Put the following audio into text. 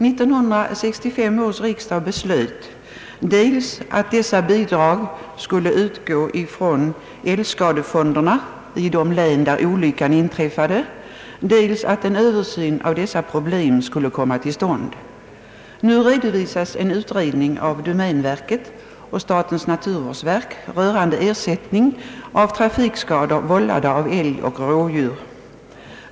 1965 års riksdag beslöt dels att dessa bidrag skulle utgå från älgskadefonden i det län där olyckan inträffade, dels att en översyn av dessa problem skulle komma till stånd. Nu redovisas en utredning av domänverket och statens naturvårdsverk rörande ersättning för trafikskador vållade av älg och rådjur.